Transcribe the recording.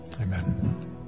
amen